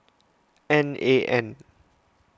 N A N